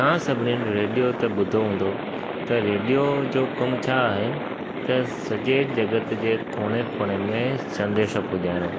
तव्हां सभिनिनि रेडियो त ॿुधो हूंदो त रेडियो जो कमु छा आहे त सॼे जॻति जे कोने कोने में संदेश पुॼाइणो